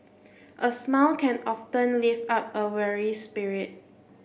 a smile can often lift up a weary spirit